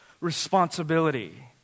responsibility